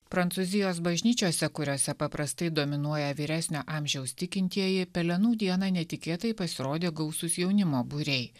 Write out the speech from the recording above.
prancūzijos bažnyčiose kuriose paprastai dominuoja vyresnio amžiaus tikintieji pelenų dieną netikėtai pasirodė gausūs jaunimo būriai